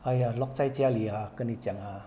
!aiya! locked 在家里 ah 跟你讲 ah